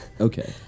Okay